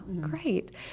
great